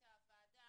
שהחליטה הוועדה.